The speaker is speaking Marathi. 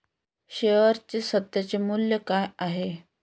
शेअर्सचे सध्याचे मूल्य काय आहे?